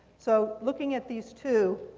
so looking at these two,